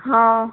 हँ